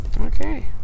okay